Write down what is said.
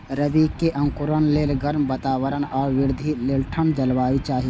रबी के अंकुरण लेल गर्म वातावरण आ वृद्धि लेल ठंढ जलवायु चाही